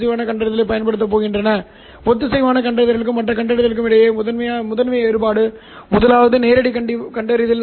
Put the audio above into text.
சரி எனக்கு இரண்டு துருவமுனைப்புகள் வந்தால் இரண்டிலும் தகவல்களை இழக்க நான் விரும்பவில்லை துருவப்படுத்தல்